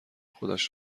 خودش